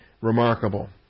remarkable